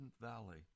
valley